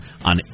on